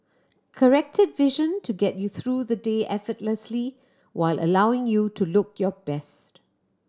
corrected vision to get you through the day effortlessly while allowing you to look your best